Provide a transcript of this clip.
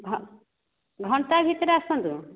ହଁ ଘଣ୍ଟାଏ ଭିତରେ ଆସନ୍ତୁ